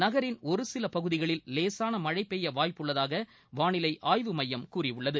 நகரின் ஒரு சில பகுதிகளில் லேசான மழை பெய்ய வாய்ப்பு உள்ளதாக வானிலை ஆய்வு எழயம் கூறியுள்ளது